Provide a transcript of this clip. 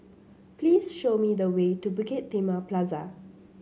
please show me the way to Bukit Timah Plaza